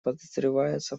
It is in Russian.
подозревается